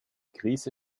krise